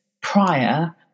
prior